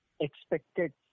expected